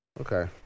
okay